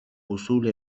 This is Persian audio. حصول